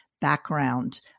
Background